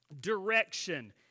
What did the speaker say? direction